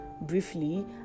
briefly